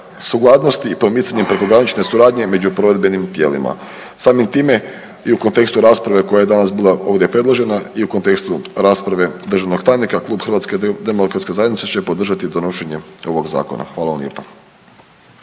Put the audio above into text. sukladnosti i promicanjem prekogranične suradnje među provedbenim tijelima. Samim time i u kontekstu rasprave koja je danas bila ovdje predložena i u kontekstu rasprave državnog tajnika, klub Hrvatske demokratske zajednice će podržati donošenje ovo zakona. Hvala vam lijepa.